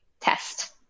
test